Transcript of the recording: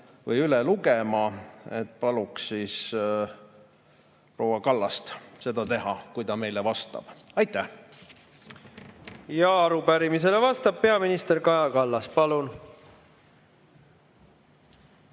siin ette lugema. Paluks proua Kallasel seda teha, kui ta meile vastab. Aitäh! Arupärimisele vastab peaminister Kaja Kallas. Palun!